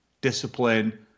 discipline